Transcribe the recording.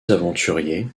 aventuriers